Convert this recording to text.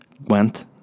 went